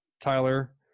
Tyler